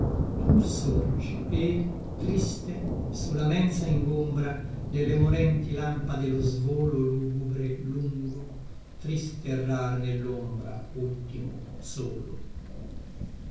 tu sorgi e triste su la mensa ingombra delle morenti lampade lo svolo lugubre lungo triste errar nellombra ultimo solo